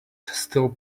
still